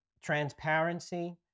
transparency